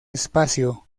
espacio